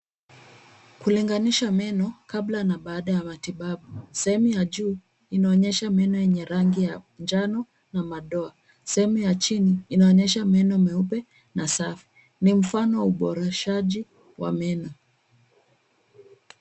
Kulinganisha meno kabla na baada ya matibabu. Sehemu hajui inaonyesha meno yenye rangi ya njano na madoa. Sehemu ya chini inaonesha meno meupe na safi. Ni mfano wa uboreshaji wa meno.